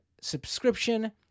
subscription